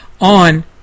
on